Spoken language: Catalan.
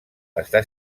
està